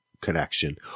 connection